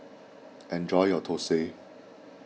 enjoy your Thosai